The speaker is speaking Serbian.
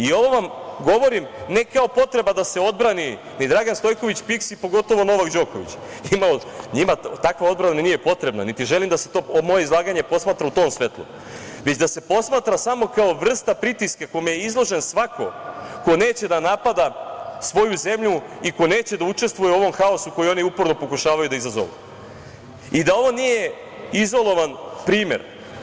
Ovo vam govorim, ne kao potreba da se odbrani ni Dragan Stojković Piski, pogotovo Novak Đoković, njima takva odbrana nije potrebna, niti želim da se moje izlaganje posmatra u tom svetlu, već da se posmatra samo kao vrsta pritiska kome je izložen svako ko neće da napada svoju zemlju i ko neće da učestvuje u ovom haosu koji oni uporno pokušavaju da izazovu i da ovo nije izolovan primer.